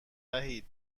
وحید